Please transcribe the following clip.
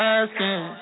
asking